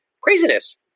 Craziness